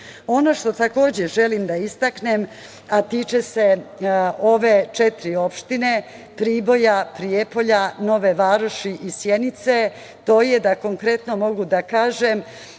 što takođe želim da istaknem, a tiče se ove četiri opštine Priboja, Prijepolja, Nove Varoši i Sjenice, to je da konkretno mogu da kažem